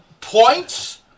points